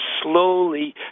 slowly